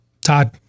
Todd